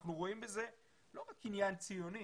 אנחנו רואים בזה לא רק עניין ציוני,